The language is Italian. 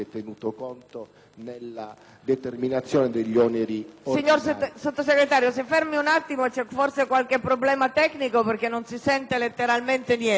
nella determinazione degli oneri ordinari.